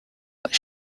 what